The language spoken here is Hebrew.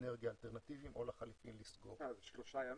אנרגיה אלטרנטיביים או לחלופין --- שלושה ימים.